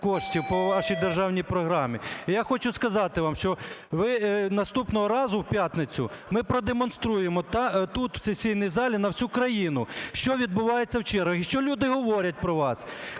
я хочу сказати вам, що наступного разу, у п'ятницю, ми продемонструємо тут у сесійній залі на всю країну, що відбувається в чергах і що люди говорять про вас.